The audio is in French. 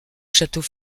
château